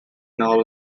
now